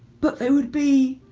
but they would be,